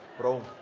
bro,